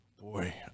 Boy